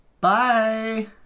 Bye